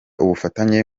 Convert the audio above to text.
ubufatanye